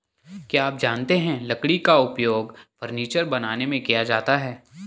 क्या आप जानते है लकड़ी का उपयोग फर्नीचर बनाने में किया जाता है?